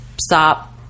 stop